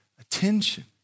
attention